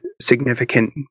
significant